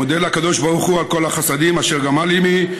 ומודה לקדוש ברוך הוא על כל החסדים אשר גמל עימי,